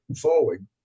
forward